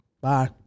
Bye